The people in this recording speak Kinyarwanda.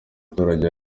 baturage